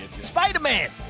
Spider-Man